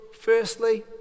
Firstly